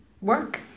work